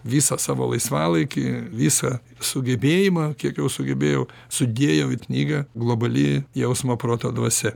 visą savo laisvalaikį visą sugebėjimą kiek jau sugebėjau sudėjau į knygą globali jausmo proto dvasia